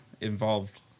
involved